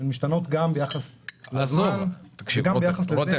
הן משתנות גם ביחס לזמן, גם ביחס לזה